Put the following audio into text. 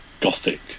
gothic